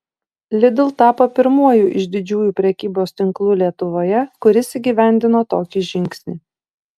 lidl tapo pirmuoju iš didžiųjų prekybos tinklų lietuvoje kuris įgyvendino tokį žingsnį